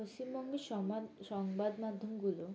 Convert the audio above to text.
পশ্চিমবঙ্গের সমাজ সংবাদ মাধ্যমগুলো